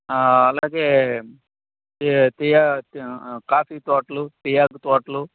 ఆ అలాగే టీ టీయా కాఫీ తోటలు టీ ఆకు తోటలు